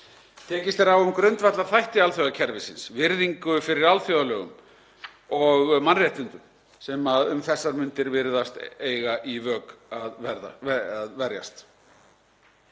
Tekist er á um grundvallarþætti alþjóðakerfisins, virðingu fyrir alþjóðalögum og mannréttindum sem um þessar mundir virðast eiga í vök að verjast.